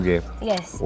Yes